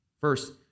First